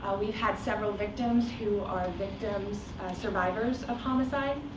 ah we've had several victims who are victims survivors of homicide.